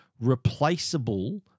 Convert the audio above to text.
replaceable